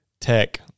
tech